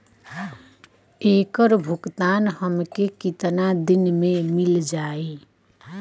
ऐकर भुगतान हमके कितना दिन में मील जाई?